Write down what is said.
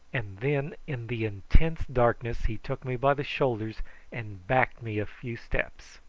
and then in the intense darkness he took me by the shoulders and backed me a few steps.